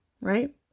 Right